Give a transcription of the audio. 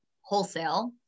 wholesale